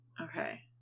Okay